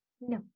No